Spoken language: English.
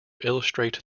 illustrate